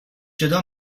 جدا